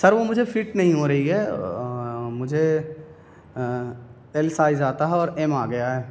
سر وہ مجھے فٹ نہیں ہو رہی ہے مجھے ایل سائز آتا ہے اور ایم آ گیا ہے